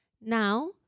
Now